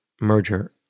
merger